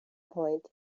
point